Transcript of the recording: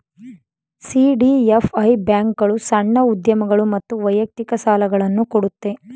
CDFI ಬ್ಯಾಂಕ್ಗಳು ಸಣ್ಣ ಉದ್ಯಮಗಳು ಮತ್ತು ವೈಯಕ್ತಿಕ ಸಾಲುಗಳನ್ನು ಕೊಡುತ್ತೆ